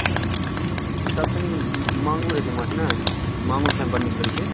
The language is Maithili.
ह्म्म सभसँ नीक माङुर हेतै माँछ नहि माङुर खाइमे बड़ नीक लगै छै